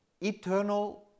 eternal